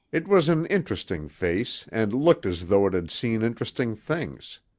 it was an interesting face and looked as though it had seen interesting things.